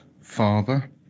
father